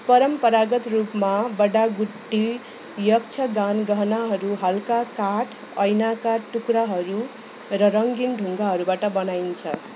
परम्परागत रूपमा बडागुट्टी यक्षगान गहनाहरू हल्का काठ ऐनाका टुक्राहरू र रङ्गीन ढुङ्गाहरूबाट बनाइन्छ